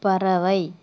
பறவை